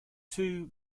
two